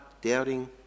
doubting